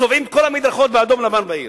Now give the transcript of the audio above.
צובעים את כל המדרכות באדום-לבן בעיר.